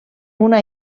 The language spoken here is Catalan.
una